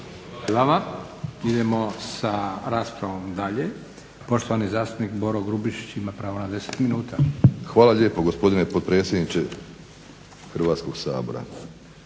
Hvala vama. Idemo sa raspravom dalje. Poštovani zastupnik Boro Grubišić ima pravo na 10 minuta. **Grubišić, Boro (HDSSB)** Hvala lijepo gospodine potpredsjedniče Hrvatskog sabora.